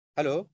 Hello